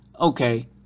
okay